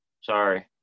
sorry